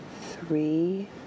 Three